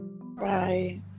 Right